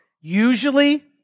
Usually